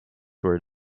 word